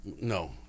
no